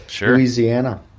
Louisiana